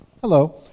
Hello